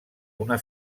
una